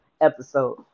episode